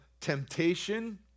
temptation